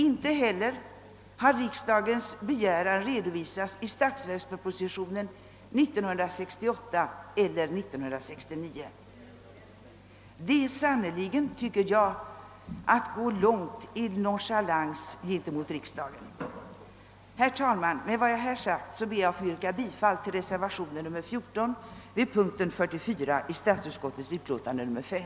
Inte heller har riksdagens begäran redovisats i statsverkspropositionen 1968 eller 1969. Så långt kan man gå i nonchalans gentemot riksdagen! Herr talman! Med vad jag här sagt ber jag att få yrka bifall till reservation 14 vid punkten 44 i statsutskottets utlåtande nr 5.